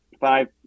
five